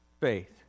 faith